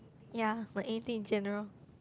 ya like anything in general